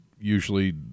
usually